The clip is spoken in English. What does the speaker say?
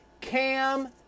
Cam